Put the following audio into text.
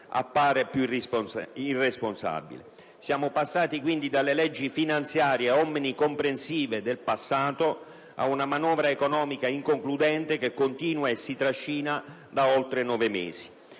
ancora più irresponsabile. Siamo quindi passati dalle leggi finanziarie omnicomprensive del passato a una manovra economica inconcludente, che continua e si trascina da oltre nove mesi.